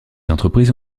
entreprises